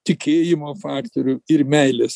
tikėjimo faktorių ir meilės